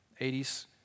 80s